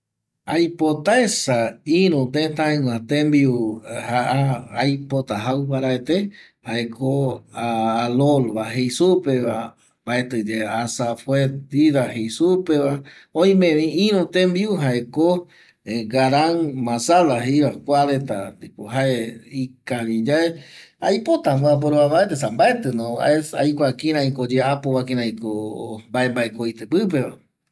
Aipotaesa iru va tëtaƚgua tembiu jau paraete jaeko alolva jei supeva mbaetƚyae asajotƚva jei supeva oimevi iru tembiu jaeko garan masala jei supeva kua reta kua ndipo jae ikaviyae aipota amboa porova paraete esa mbaetƚino aikua kiraiko oyeapova kiraiko mbae mbaeko oitƚ pƚpeva